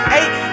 eight